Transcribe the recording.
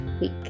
week